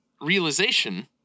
realization